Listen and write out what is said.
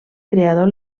creador